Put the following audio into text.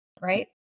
Right